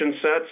sets